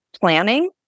planning